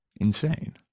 Insane